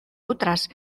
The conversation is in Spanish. otras